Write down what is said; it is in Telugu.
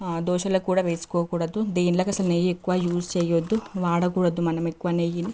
దోసలోకి కూడా వేసుకోకూడదు దేనిలోకి అసలు నెయ్యి ఎక్కువ యూస్ చెయొద్దు వాడకూడదు మనం ఎక్కువ నెయ్యిని